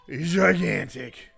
gigantic